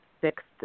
sixth